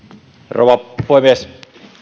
rouva puhemies